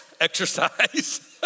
exercise